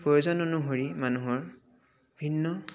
প্ৰয়োজন অনুসৰি মানুহৰ ভিন্ন